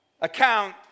Account